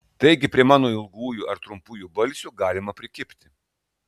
taigi prie mano ilgųjų ir trumpųjų balsių galima prikibti